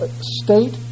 state